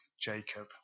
Jacob